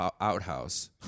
outhouse